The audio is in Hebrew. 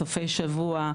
סופי שבוע,